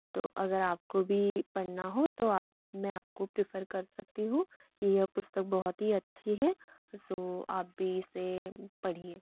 तो अगर आपको भी पढ़ना हो तो आप मैं आपको प्रेफर कर सकती हूँ कि यह पुस्तक बहुत ही अच्छी है सो आप भी इसे पढ़िए